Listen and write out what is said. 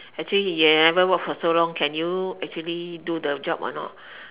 actually you haven't work for so long can you actually do the job or not